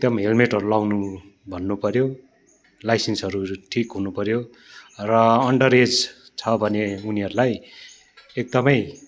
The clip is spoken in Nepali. एकदम हेलमेटहरू लाउनु भन्नु पऱ्यो लाइसेन्सहरू ठिक हुनु पऱ्यो र अन्डर एज छ भने उनीहरूलाई एकदमै